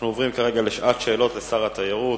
אנחנו עוברים לשעת שאלות לשר התיירות,